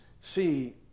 see